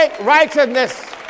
righteousness